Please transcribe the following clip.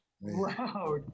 Wow